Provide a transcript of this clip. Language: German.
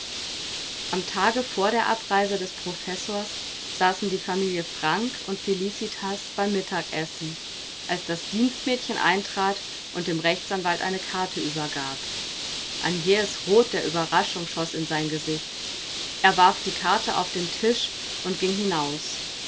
am tage vor der abreise des professors saßen die familie frank und felicitas beim mittagsessen als das dienstmädchen eintrat und dem rechtsanwalt eine karte übergab ein jähes rot der ueberraschung schoß in sein gesicht er warf die karte auf den tisch und ging hinaus